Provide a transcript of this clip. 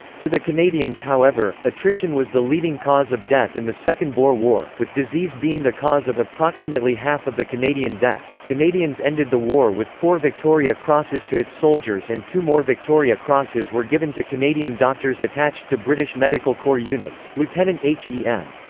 to the canadians however, attrition was the leading cause of death in the second boer war, with disease being the cause of approximately half of the canadian deaths canadians ended the war with four victoria crosses to its soldiers and two more victoria crosses were given to canadian doctors attached to british medical corps units, lieutenant h e m.